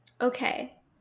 okay